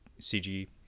CG